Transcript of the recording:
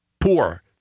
poor